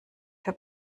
für